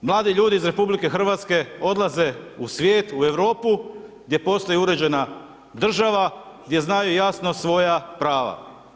Mladi ljudi iz Republike Hrvatske odlaze u svijet, u Europu gdje postoji uređena država, gdje znaju jasno svoja prava.